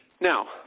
Now